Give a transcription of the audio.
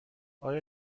آیا